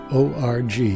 .org